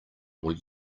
will